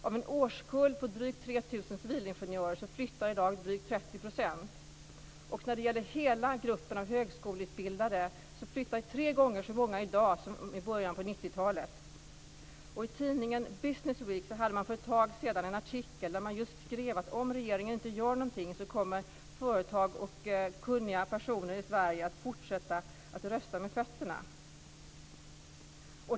Av en årskull på drygt 3 000 civilingenjörer flyttar i dag drygt 30 %. När det gäller hela gruppen av högskoleutbildade flyttar tre gångar så många i dag som i början på 90-talet. I tidningen Businessweek hade man för ett tag sedan en artikel där man just skrev att om regeringen inte gör någonting, kommer företag och kunniga personer i Sverige att fortsätta att rösta med fötterna.